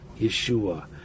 Yeshua